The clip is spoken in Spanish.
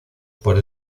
por